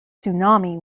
tsunami